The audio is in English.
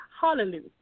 Hallelujah